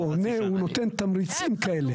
הוא נותן תמריצים כאלה.